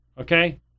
okay